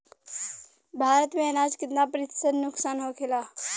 भारत में अनाज कितना प्रतिशत नुकसान होखेला?